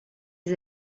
les